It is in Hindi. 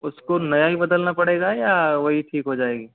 उसको नया ही बदलना पड़ेगा या वही ठीक हो जाएगी